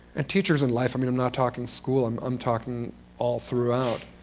and teachers in life. i mean i'm not talking school. i'm i'm talking all throughout.